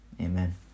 Amen